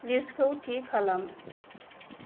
लिस्तखौ थि खालाम